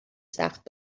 سخت